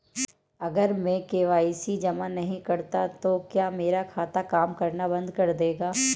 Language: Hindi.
अगर मैं के.वाई.सी जमा नहीं करता तो क्या मेरा खाता काम करना बंद कर देगा?